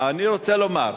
אני רוצה לומר,